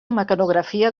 mecanografia